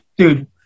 Dude